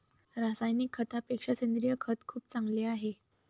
रासायनिक खतापेक्षा सेंद्रिय खत खूप चांगले आहे